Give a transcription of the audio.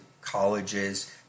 colleges